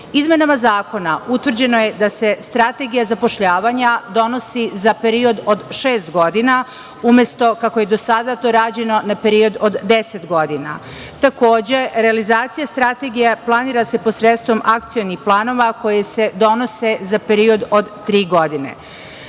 sistemu. Izmenama zakona utvrđeno je da se strategija zapošljavanja donosi za period od šest godina, umesto kako je do sada to rađeno na period od deset godina. Takođe, realizacija strategija planira se posredstvom akcionih planova koji se donose za period od tri godine. Na